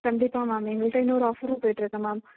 கண்டிப்பாக மேம் எங்கள்கிட்ட இன்னோரு ஆஃபரும் போய்ட்டுருக்கு மேம்